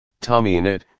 TommyInit